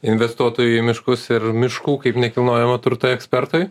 investuotojui į miškus ir miškų kaip nekilnojamo turto ekspertui